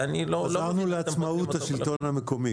ואני לא -- חזרנו לעצמאות השלטון המקומי,